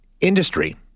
Industry